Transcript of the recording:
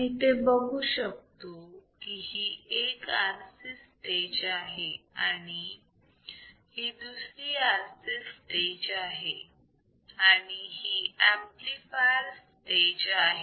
आपण येथे बघू शकतो की ही एक RC स्टेज आहे आणि ही दुसरी RC स्टेज आहे आणि ही ऍम्प्लिफायर स्टेज आहे